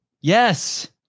Yes